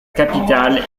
capitale